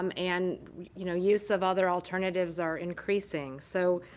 um and you know use of other alternatives are increasing. so,